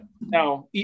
Now